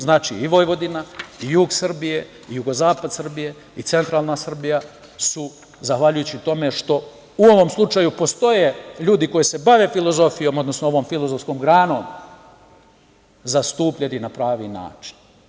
Znači, i Vojvodina i jug Srbije, jugozapad Srbije i centralna Srbija su zahvaljujući tome što u ovom slučaju postoje ljudi koji se bave filozofijom, odnosno ovom filozofskom granom zastupljeni na pravi način.